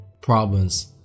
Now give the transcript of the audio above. problems